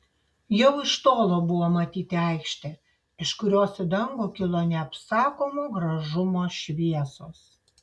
jau iš tolo buvo matyti aikštė iš kurios į dangų kilo neapsakomo gražumo šviesos